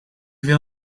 wil